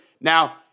Now